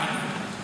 זה בעד ועדה,